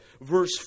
verse